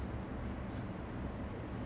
most of my relatives